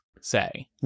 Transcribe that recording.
say